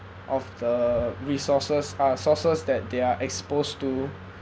of the resources uh sources that they're exposed to